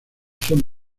son